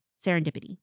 Serendipity